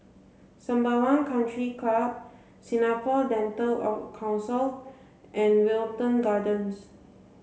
Sembawang Country Club Singapore Dental Council and Wilton Gardens